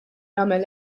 għamel